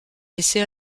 laissé